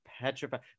petrified